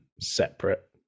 separate